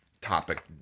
topic